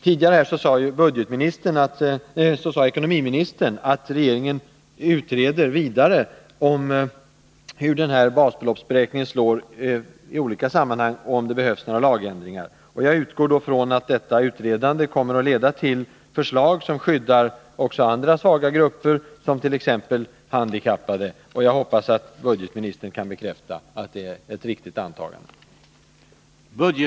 Tidigare i dag sade ekonomiministern här i kammaren att regeringen utreder vidare hur basbeloppsberäkningen slår i olika sammanhang och om det behövs några lagändringar. Jag utgår från att detta utredande kommer att leda till förslag som skyddar också andra svaga grupper, t.ex. handikappade. Jag hoppas att budgetministern kan bekräfta att det är ett riktigt antagande.